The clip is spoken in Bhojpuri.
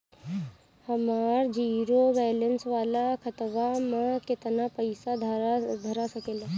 हमार जीरो बलैंस वाला खतवा म केतना पईसा धरा सकेला?